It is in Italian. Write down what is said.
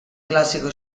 classico